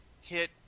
hit